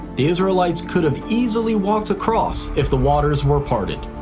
the israelites could have easily walked across if the waters were parted.